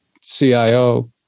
CIO